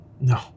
No